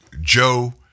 Joe